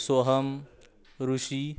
Soham Rishi